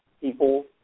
people